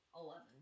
Eleven